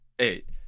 eight